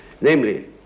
namely